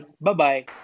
Bye-bye